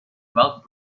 about